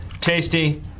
tasty